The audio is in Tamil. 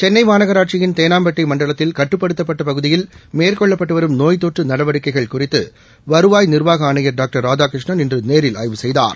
சென்னை மாநகராட்சியின் தேனாம்பேட்டை மண்டலத்தில் கட்டுப்படுத்தப்பட்ட பகுதியில் மேற்கொள்ளப்பட்டு வரும் நோய் தொற்று நடவடிக்கைகள் குறித்து வருவாய் நிர்வாக ஆணையர் டாக்டர் ராதாகிருஷ்ணன் இன்று நேரில் ஆய்வு செய்தார்